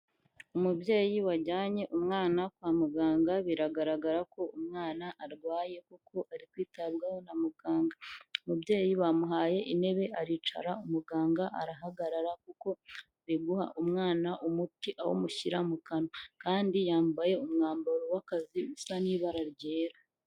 Umubyeyi wajyanye umwana kwa muganga, biragaragara ko umwana arwaye kuko ari kwitabwaho na muganga. Umubyeyi bamuhaye intebe aricara, umuganga arahagarara kuko ari guha umwana umuti, awumushyira mu kanwa. Kandi yambaye umwambaro w'akazi usa n'ibara ryera.